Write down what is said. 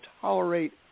tolerate